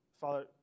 Father